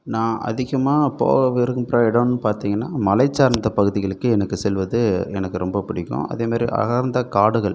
நான் அதிகமாக போக விரும்புற இடம்னு பார்த்தீங்கன்னா மலைச்சார்ந்த பகுதிகளுக்கு எனக்கு செல்வது எனக்கு ரொம்ப பிடிக்கும் அதேமாதிரி அடர்ந்த காடுகள்